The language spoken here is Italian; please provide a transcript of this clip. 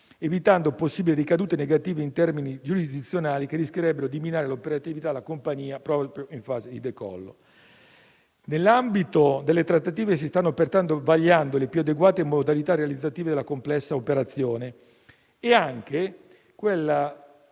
evitando possibili ricadute negative in termini giurisdizionali, che rischierebbero di minare l'operatività della compagnia proprio in fase di decollo. Nell'ambito delle trattative si stanno vagliando le più adeguate modalità realizzative della complessa operazione e anche,